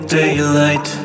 daylight